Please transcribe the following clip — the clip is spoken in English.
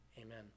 Amen